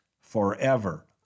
forever